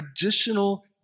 additional